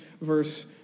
verse